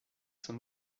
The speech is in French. son